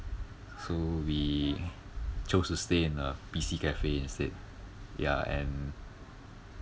so we chose to stay in a P_C cafe instead ya and